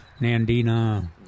Nandina